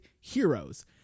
heroes